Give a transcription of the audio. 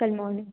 कल मॉर्निंग